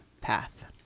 path